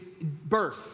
birth